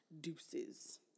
deuces